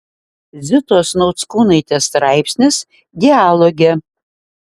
zitos nauckūnaitės straipsnis dialoge